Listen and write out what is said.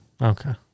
okay